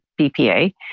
BPA